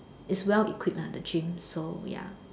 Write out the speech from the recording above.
is well equipped lah the gym so ya